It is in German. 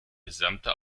gesamte